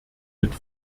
mit